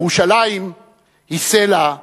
ירושלים היא הסלע".